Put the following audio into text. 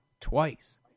twice